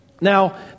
Now